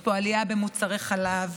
יש פה עלייה במוצרי חלב